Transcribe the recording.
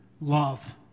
love